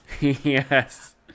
Yes